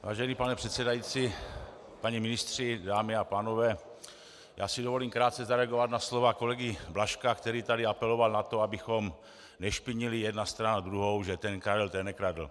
Vážený pane předsedající, páni ministři, dámy a pánové, já si dovolím krátce zareagovat na slova kolegy Blažka, který tady apeloval na to, abychom nešpinili jedna strana druhou, že ten Karel, ten nekradl.